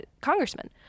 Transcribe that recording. congressman